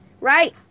Right